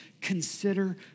consider